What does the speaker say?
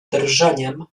drżeniem